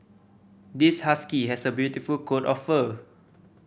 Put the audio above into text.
this husky has a beautiful coat of fur